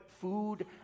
food